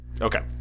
Okay